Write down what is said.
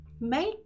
make